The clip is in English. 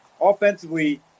Offensively